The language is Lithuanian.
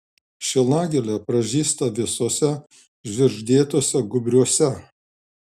šilagėlė pražysta visuose žvirgždėtuose gūbriuose